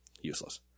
Useless